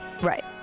Right